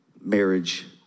marriage